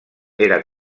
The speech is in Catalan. era